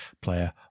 player